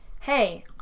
hey